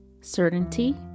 certainty